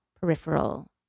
peripheral